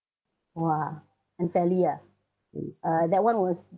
!wah! unfairly ah uh that [one] was